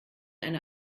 eine